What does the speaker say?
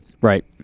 Right